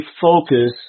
focus